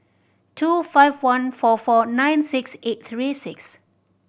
two five one four four nine six eight three six